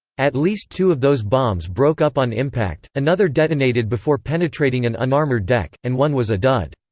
at least two of those bombs broke up on impact, another detonated before penetrating an unarmored deck, and one was a dud.